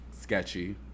Sketchy